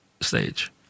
stage